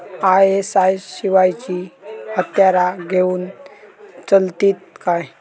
ISI शिवायची हत्यारा घेऊन चलतीत काय?